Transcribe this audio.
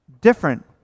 different